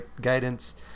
guidance